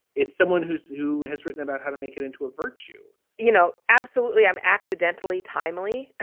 it's someone who's who has written about how to make it into a virtue you know, absolutely. i'm accidentally timely.